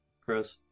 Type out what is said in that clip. Chris